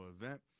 event